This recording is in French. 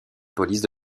police